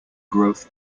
growth